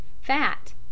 Fat